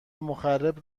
مخرب